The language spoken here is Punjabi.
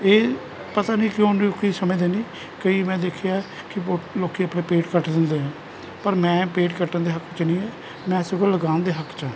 ਇਹ ਪਤਾ ਨਹੀਂ ਕਿਉਂ ਲੋਕ ਸਮਝਦੇ ਨਹੀ ਕਈ ਲੋਕ ਮੈਂ ਦੇਖਿਆ ਕਿ ਲੋਕ ਆਪਣੇ ਪੇੜ ਕੱਟ ਦਿੰਦੇ ਹੈ ਪਰ ਮੈਂ ਪੇੜ ਕੱਟਣ ਦੇ ਹੱਕ 'ਚ ਨਹੀ ਹੈ ਮੈਂ ਸਗੋਂ ਲਗਾਉਣ ਦੇ ਹੱਕ 'ਚ ਹਾਂ